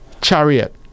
chariot